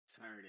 tired